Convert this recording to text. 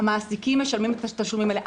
המעסיקים משלמים את התשלומים האלה.